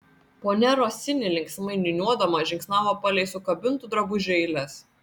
ponia rosini linksmai niūniuodama žingsniavo palei sukabintų drabužių eiles